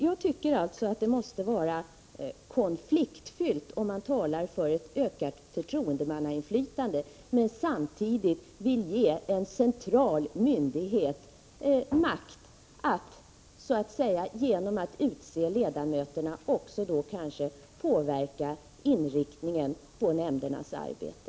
Jag tycker alltså att det måste vara konfliktfyllt, om man talar för ett ökat förtroendemannainflytande men samtidigt vill ge en central myndighet makt att utse ledamöterna och då kanske också att påverka inriktningen av nämndernas arbete.